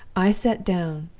i sat down